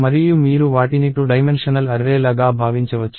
మరియు మీరు వాటిని 2 డైమెన్షనల్ అర్రే ల గా భావించవచ్చు